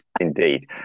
indeed